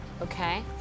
Okay